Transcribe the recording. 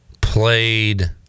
played